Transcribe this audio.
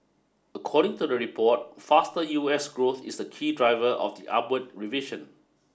according to the report faster U S growth is the key driver of the upward revision